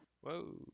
whoa